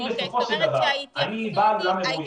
אם בסופו של דבר אני בא ל --- אוקיי,